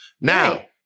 Now